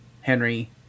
Henry